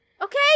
Okay